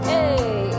Hey